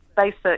basic